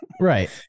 Right